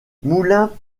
moulins